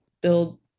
build